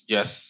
Yes